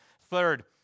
Third